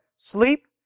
Sleep